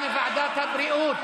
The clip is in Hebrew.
יש לי עוד חצי דקה זמן.